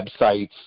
websites